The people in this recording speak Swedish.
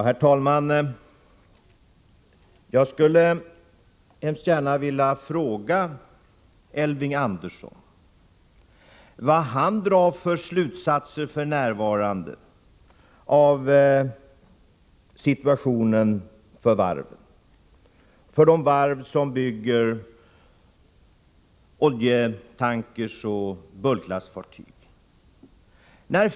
Herr talman! Jag skulle mycket gärna vilja fråga Elving Andersson vad han f.n. drar för slutsatser av situationen för varven, för de varv som bygger oljetankrar och bulkfartyg.